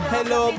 Hello